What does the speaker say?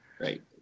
Right